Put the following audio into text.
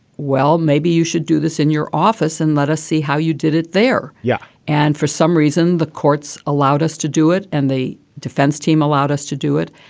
well, maybe you should do this in your office and let us see how you did it there. yeah. and for some reason, the courts allowed us to do it. and the defense team allowed us to do it.